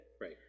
right